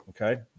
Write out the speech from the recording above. Okay